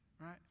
Right